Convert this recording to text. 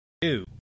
two